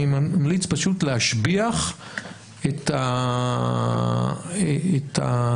אני ממליץ להשביח את הדשבורד.